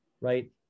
right